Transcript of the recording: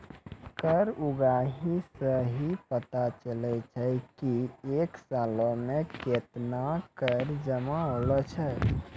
कर उगाही सं ही पता चलै छै की एक सालो मे कत्ते कर जमा होलो छै